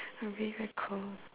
I'm really very cold